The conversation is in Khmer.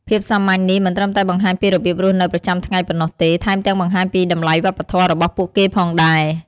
ភាពសាមញ្ញនេះមិនត្រឹមតែបង្ហាញពីរបៀបរស់នៅប្រចាំថ្ងៃប៉ុណ្ណោះទេ ថែមទាំងបង្ហាញពីតម្លៃវប្បធម៌របស់ពួកគេផងដែរ។